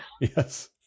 Yes